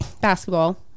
basketball